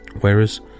whereas